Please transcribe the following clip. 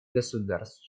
государств